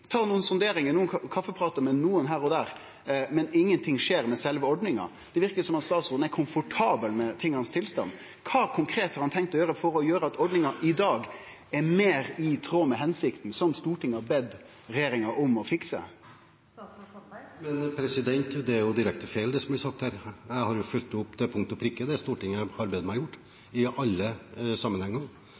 med nokon her og der, men ingenting skjer med sjølve ordninga. Det verkar som at statsråden er komfortabel med tingas tilstand. Kva konkret har han tenkt å gjere for at ordninga i dag blir meir i tråd med hensikta, som Stortinget har bedt regjeringa om å fikse? Det er jo direkte feil det som blir sagt her. Jeg har fulgt opp til punkt og prikke det Stortinget har bedt meg om å gjøre, i alle